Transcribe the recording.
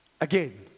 Again